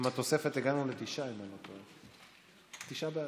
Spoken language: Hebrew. עם התוספת הגענו לתשעה, אם איני טועה, בעד,